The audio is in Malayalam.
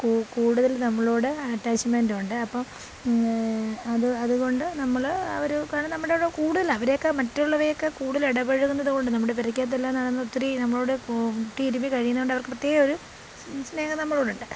കൂടുതൽ നമ്മളോട് അറ്റാച്ച്മെൻറ്റുണ്ട് അപ്പം അത് അത്കൊണ്ട് നമ്മൾ അവർ കാരണം നമ്മുടെ കൂടെ കൂടുതൽ അവരേക്കാൾ മറ്റുള്ളവയേക്കാൾ കൂടുതൽ ഇടപെഴുകുന്നത് കൊണ്ട് നമ്മുടെ പെരയ്ക്കകത്തെല്ലാം നടന്ന് ഒത്തിരി നമ്മളോട് മുട്ടി ഉരുമി കഴിയുന്നോണ്ട് അവർക്ക് പ്രത്യേകം ഒരു സ്നേഹം നമ്മളോടുണ്ട്